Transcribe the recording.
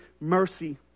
mercy